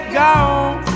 gone